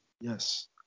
Yes